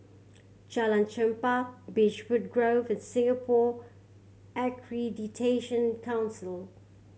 Jalan Chempah Beechwood Grove and Singapore Accreditation Council